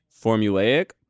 formulaic